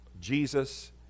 Jesus